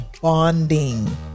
bonding